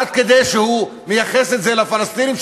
עד כדי שהוא מייחס את זה לפלסטינים,